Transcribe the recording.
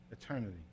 eternity